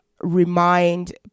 remind